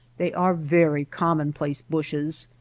they are very commonplace bushes,